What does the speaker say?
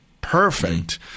perfect